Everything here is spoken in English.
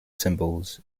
symbols